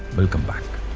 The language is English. welcome back.